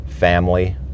family